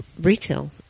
retail